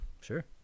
Sure